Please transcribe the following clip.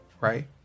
right